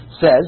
says